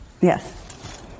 yes